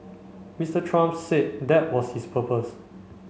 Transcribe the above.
Mister Trump said that was his purpose